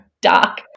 dark